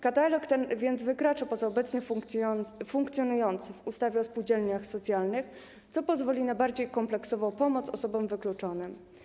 Katalog ten więc wykracza poza obecnie funkcjonujący w ustawie o spółdzielniach socjalnych, co pozwoli na bardziej kompleksową pomoc osobom wykluczonym.